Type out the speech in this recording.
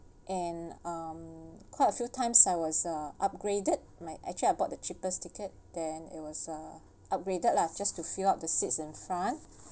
and um quite a few times I was uh upgraded my actually I bought the cheapest ticket there is uh upgraded lah just to fill up the seat in front